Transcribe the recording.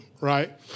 right